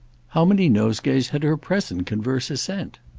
how many nosegays had her present converser sent?